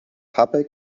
pappe